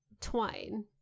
twine